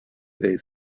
they